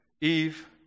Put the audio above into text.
Eve